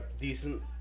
decent